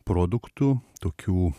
produktų tokių